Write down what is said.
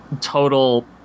total